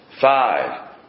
five